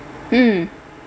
mm